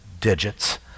digits